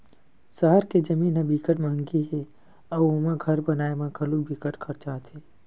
सहर के जमीन ह बिकट मंहगी हे अउ ओमा घर बनाए म घलो बिकट खरचा आथे